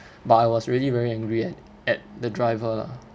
but I was really very angry at at the driver lah